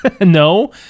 No